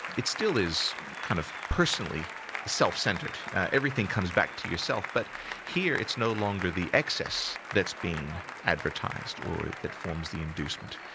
it still is kind of personally self-centred. everything comes back to yourself, but here it's no longer the excess that's being advertised, or that forms the inducement.